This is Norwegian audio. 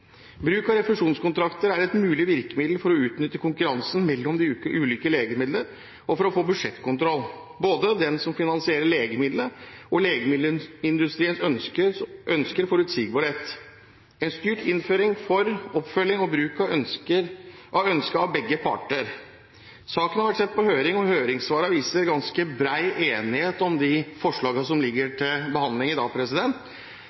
Bruk av refusjonskontrakter er et mulig virkemiddel for å utnytte konkurransen mellom de ulike legemidlene og for å få budsjettkontroll. Både den som finansierer legemiddelet, og legemiddelindustrien ønsker forutsigbarhet. En styrt innføring for oppfølging og bruk er ønsket av begge parter. Saken har vært sendt på høring, og høringssvarene viser ganske bred enighet om de forslagene som